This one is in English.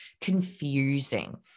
confusing